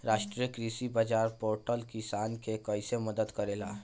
राष्ट्रीय कृषि बाजार पोर्टल किसान के कइसे मदद करेला?